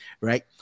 right